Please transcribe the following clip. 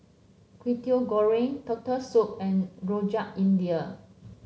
Kwetiau Goreng Turtle Soup and Rojak India